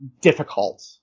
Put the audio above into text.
difficult